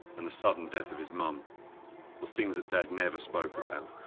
and the sudden death of his mum were things that dad never spoke about.